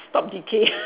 stop decay